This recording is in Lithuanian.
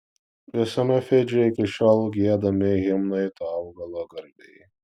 visame fidžyje iki šiol giedami himnai to augalo garbei